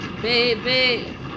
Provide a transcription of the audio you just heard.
baby